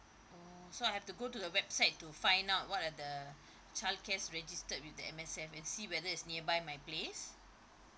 oh so I have to go to the website to find out what are the childcares registered with the M_S_F and see whether is nearby my place